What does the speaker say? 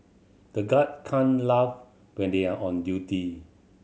the guard can't laugh when they are on duty